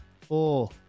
Four